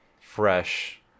fresh